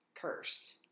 cursed